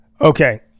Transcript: Okay